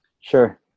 Sure